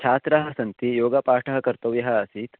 छात्राः सन्ति योगपाठः कर्तव्यः आसीत्